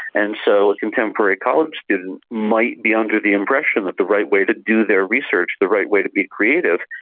and so a contemporary college student might be under the impression that the right way to do their research, the right way to be creative,